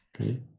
okay